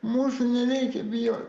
mūsų nereikia bijot